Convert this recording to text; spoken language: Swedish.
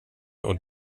och